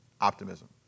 Optimism